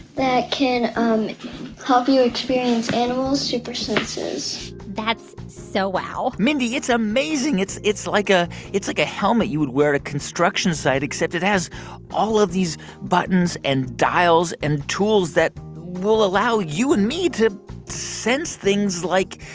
that can um help you experience animal super senses that's so wow mindy, it's amazing. it's it's like ah like a helmet you would wear at a construction site, except it has all of these buttons and dials and tools that will allow you and me to sense things, like,